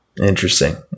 Interesting